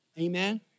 Amen